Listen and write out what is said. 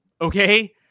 Okay